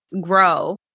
grow